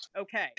okay